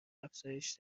افزایش